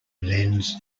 lends